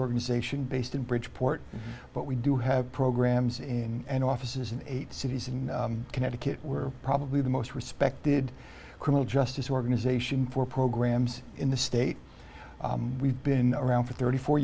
organization based in bridgeport but we do have programs in and offices and cities in connecticut we're probably the most respected criminal justice organization for programs in the state we've been around for thirty four